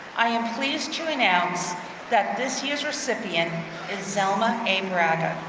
i am pleased to announce that this year's recipient is zelma aim bragger.